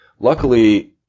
Luckily